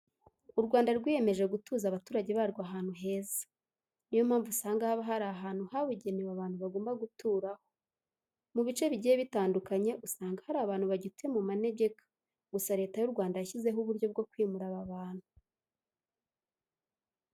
U Rwanda rwiyemeje gutuza abaturage barwo ahantu heza. Niyo mpamvu usanga haba hari ahantu habugenewe abantu bagomba guturaho . Mu bice bigiye bitandukanye usanga hari abantu bagituye mu manegeka gusa Leta y'u Rwanda yashyizeho uburyo bwo kwimura aba bantu.